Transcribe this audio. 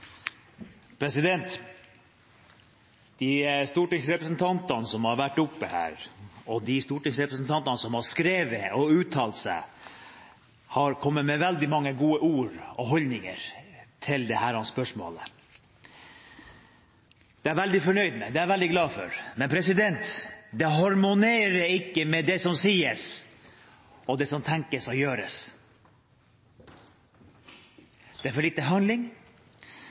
de stortingsrepresentantene som har skrevet og uttalt seg, har kommet med veldig mange gode ord og holdninger til dette spørsmålet. Det er jeg veldig fornøyd med, det er jeg veldig glad for, men det som sies, harmonerer ikke med det som tenkes og gjøres – det er for lite handling. Det som egentlig er